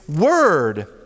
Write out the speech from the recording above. word